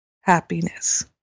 happiness